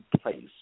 place